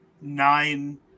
nine